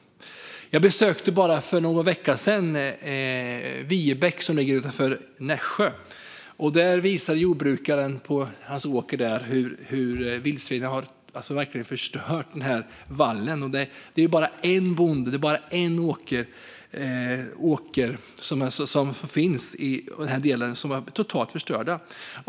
Jag besökte för bara någon vecka sedan en jordbrukare i Viebäck utanför Nässjö. Han visade hur vildsvinen verkligen hade förstört åkervallen. Det handlade alltså bara om en bonde och en åker, men den var totalt förstörd.